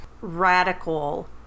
radical